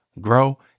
grow